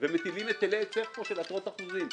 ומטילים היטלי היצף פה של עשרות אחוזים.